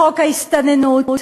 בחוק ההסתננות,